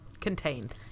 contained